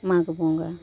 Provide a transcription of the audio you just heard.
ᱢᱟᱜᱽ ᱵᱚᱸᱜᱟ